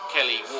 Kelly